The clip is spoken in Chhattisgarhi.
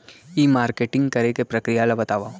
ई मार्केटिंग करे के प्रक्रिया ला बतावव?